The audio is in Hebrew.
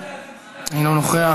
אינו נוכח,